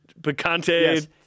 picante